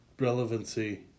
relevancy